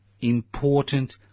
important